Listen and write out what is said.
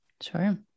Sure